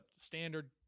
standard